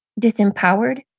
disempowered